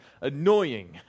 annoying